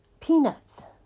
peanuts